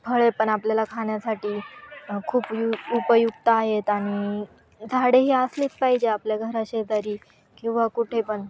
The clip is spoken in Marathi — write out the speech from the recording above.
फळे पण आपल्याला खाण्यासाठी खूप यु उपयुक्त आहेत आणि झाडेही असलीच पाहिजे आपल्या घराशेजारी किंवा कुठे पण